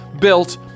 built